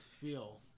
feel